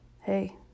hey